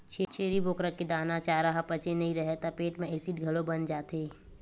छेरी बोकरा के दाना, चारा ह पचे नइ राहय त पेट म एसिड घलो बन जाथे